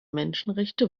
menschenrechte